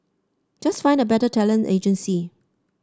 just find a better talent agency